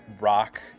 rock